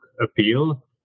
appeal